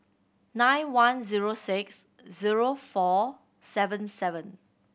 nine one zero six zero four seven seven